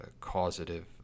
causative